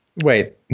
Wait